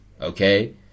okay